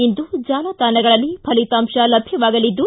ಇಂದು ಜಾಲತಾಣಗಳಲ್ಲಿ ಫಲಿತಾಂಶ ಲಭ್ಯವಾಗಲಿದ್ದು